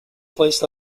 placed